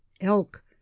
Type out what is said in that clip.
elk